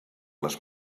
les